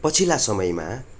पछिल्ला समयमा